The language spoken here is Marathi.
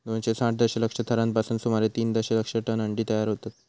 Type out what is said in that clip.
दोनशे साठ दशलक्ष थरांपासून सुमारे तीन दशलक्ष टन अंडी तयार होतत